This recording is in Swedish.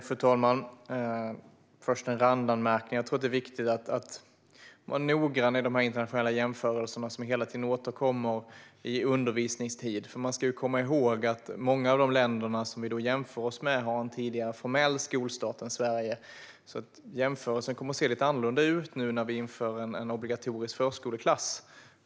Fru talman! Först har jag en randanmärkning: Jag tror att det är viktigt att vara noggrann i de här internationella jämförelserna som hela tiden återkommer när det gäller undervisningstid. Man ska nämligen komma ihåg att många av de länder som vi jämför oss med har en tidigare formell skolstart än vi i Sverige. Därför kommer det också att se lite annorlunda ut nu när vi inför en obligatorisk förskoleklass.